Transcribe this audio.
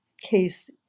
case